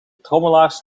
trommelaars